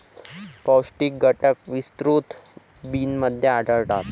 पौष्टिक घटक विस्तृत बिनमध्ये आढळतात